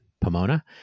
Pomona